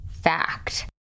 fact